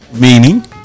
Meaning